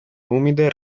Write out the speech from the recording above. umide